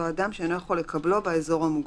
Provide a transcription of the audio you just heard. אותו אדם "שאינו יכול לקבלו באזור המוגבל".